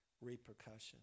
repercussions